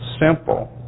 simple